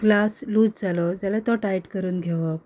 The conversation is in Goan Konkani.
ग्लास लूज जालो जाल्यार तो टायट करून घेवप